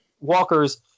Walker's